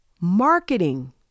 marketing